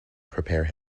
prepare